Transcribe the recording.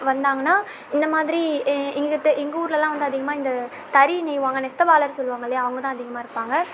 வந்தாங்கன்னா இந்த மாதிரி எங்கள்ட்ட எங்கள் ஊரிலலாம் வந்து அதிகமாக இந்த தறி நெய்வாங்க நெசவாளர் சொல்வாங்க இல்லையா அவங்க தான் அதிகமாக இருப்பாங்க